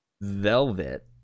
Velvet